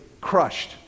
crushed